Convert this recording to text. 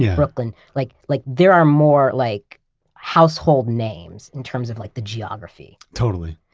yeah brooklyn. like like there are more like household names, in terms of like the geography totally.